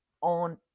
on